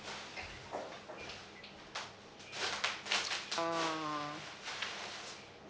ah